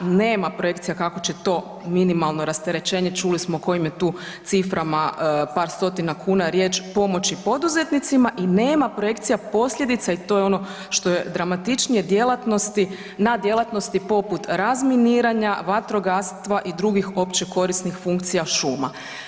Nema projekcija kako će to minimalno rasterećenje, čuli smo o kojim je to ciframa par stotina kuna riječ pomoći poduzetnicima i nema projekcija posljedica i to je ono što je dramatičnije na djelatnosti poput razminiranja, vatrogastva i drugih općekorisnih funkcija šuma.